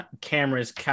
cameras